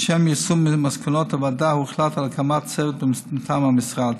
לשם יישום מסקנות הוועדה הוחלט על הקמת צוות מטעם המשרד.